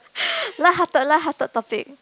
lighthearted lighthearted topic